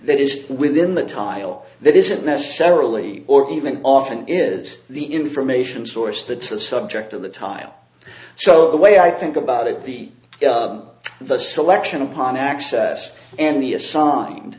that is within the time well that isn't necessarily or even often is the information source that says subject to the time so the way i think about it the the selection upon access and the assigned